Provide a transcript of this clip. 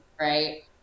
right